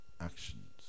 actions